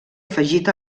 afegit